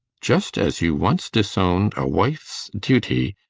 just as you once disowned a wife's duty,